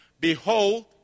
Behold